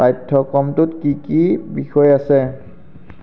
পাঠ্যক্ৰমটোত কি কি বিষয় আছে